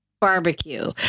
barbecue